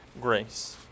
grace